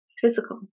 physical